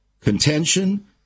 contention